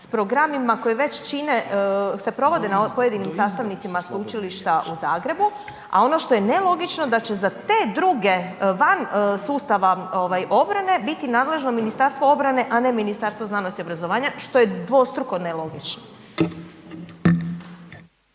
s programima koji već čine, se provode na pojedinim sastavnicima Sveučilištima u Zagrebu, a ono što je nelogično da će za te druge, vansustava ovaj obrane, biti nadležno Ministarstvo obrane, a ne Ministarstvo znanosti i obrazovanja, što je dvostruko nelogično.